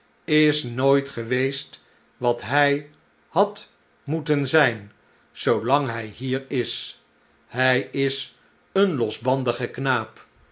is nooit geweest wat hij had moeten zijn zoolang hi hier is hij is een losbandige knaap